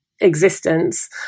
existence